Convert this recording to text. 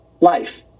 life